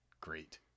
great